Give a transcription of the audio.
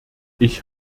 ich